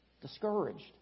discouraged